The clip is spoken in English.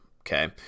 okay